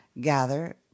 gather